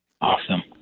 Awesome